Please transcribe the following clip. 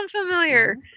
familiar